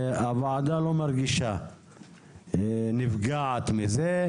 הוועדה לא מרגישה נפגעת מזה,